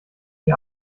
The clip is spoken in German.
die